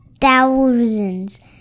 thousands